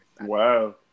Wow